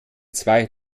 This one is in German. zwei